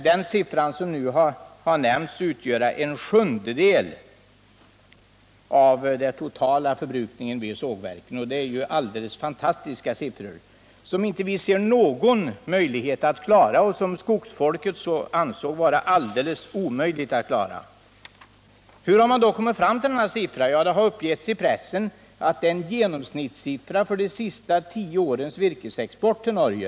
Den mängd som nu nämnts skulle alltså utgöra en sjundedel av den totala förbrukningen vid sågverken. Det är en alldeles fantastisk mängd, som skogsfolket också ansåg vara omöjlig att klara. Hur har man då kommit fram till denna mängd? Det har uppgivits i pressen att den motsvarar genomsnittet för de senaste tio årens virkesexport till Norge.